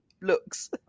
looks